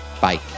bye